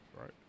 right